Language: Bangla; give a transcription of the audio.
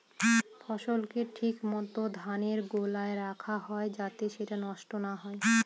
ফসলকে ঠিক মত ধানের গোলায় রাখা হয় যাতে সেটা নষ্ট না হয়